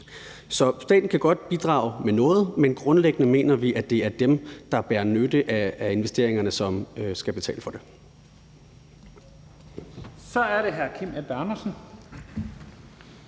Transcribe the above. Så staten kan godt bidrage med noget, men grundlæggende mener vi, at det er dem, der har nytte af investeringerne, som skal betale for det.